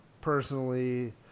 personally